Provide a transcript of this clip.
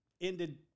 ended –